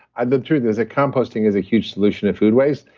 and the truth is that composting is a huge solution to food waste,